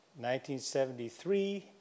1973